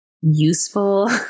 useful